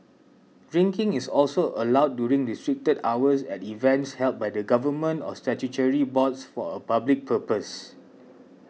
drinking is also allowed during restricted hours at events held by the Government or statutory boards for a public purpose